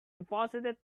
deposited